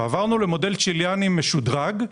ועברנו למודל צ'יליאני משודרג,